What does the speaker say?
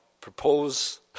propose